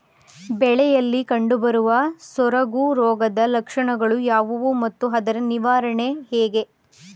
ಬೆಳೆಯಲ್ಲಿ ಕಂಡುಬರುವ ಸೊರಗು ರೋಗದ ಲಕ್ಷಣಗಳು ಯಾವುವು ಮತ್ತು ಅದರ ನಿವಾರಣೆ ಹೇಗೆ?